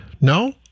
no